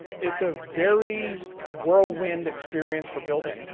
it's a very whirlwind experience for building.